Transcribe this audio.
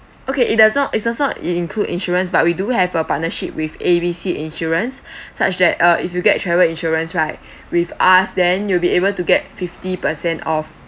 okay it does not it does not in~ include insurance but we do have uh partnership with A B C insurance such that uh if you get travel insurance right with us then you'll be able to get fifty percent off